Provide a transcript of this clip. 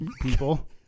People